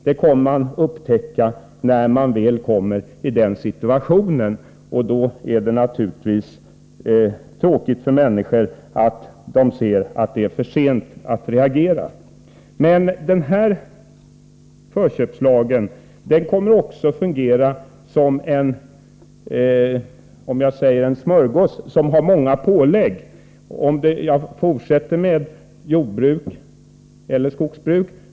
Det kommer man att upptäcka när man väl kommer i den situationen, och då är det naturligtvis för sent att reagera, och det är tråkigt för människor. Den här förköpslagen kommer också att fungera som en smörgås som har många pålägg. Låt mig fortsätta att exemplifiera med jordeller skogsbruk.